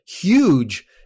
huge